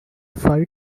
five